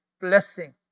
blessing